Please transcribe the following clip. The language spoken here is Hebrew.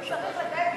והוא צריך לתת הבטחה,